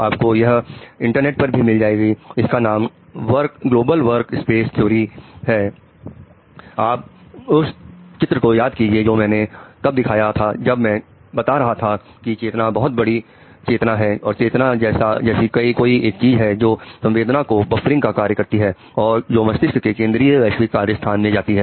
आप उस चित्र को याद कीजिए जो मैंने तब दिखाया था जब मैं बात कर रहा था कि चेतना बहुत बड़ी चेतना है और चेतना जैसी कोई एक चीज है जो संवेदना को बफरिंग का कार्य करती हैं और जो मस्तिष्क के केंद्रीय वैश्विक कार्य स्थान में जाती हैं